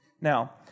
Now